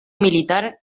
militar